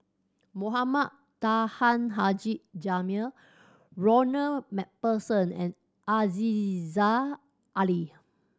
Mohamed Taha Haji Jamil Ronald Macpherson and Aziza Ali